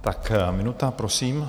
Tak minuta prosím.